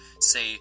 say